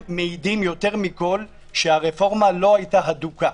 מעידים יותר מכול שהרפורמה לא היתה הדוקה.